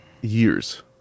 years